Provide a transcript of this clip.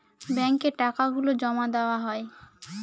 ব্যাঙ্কে টাকা গুলো জমা দেওয়া হয়